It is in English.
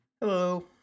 Hello